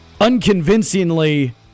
unconvincingly